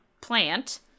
plant